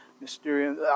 mysterium